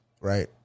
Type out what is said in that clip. right